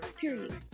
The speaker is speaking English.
Period